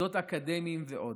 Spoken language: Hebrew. מוסדות אקדמיים ועוד.